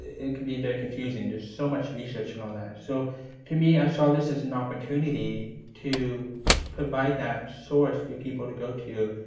it could be very confusing. there's so much research and all that. so to me, i saw this as an opportunity to provide that source for people to go to,